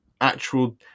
actual